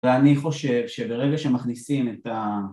ואני חושב שברגע שמכניסים את ה...